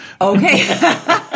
Okay